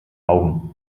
augen